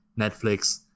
netflix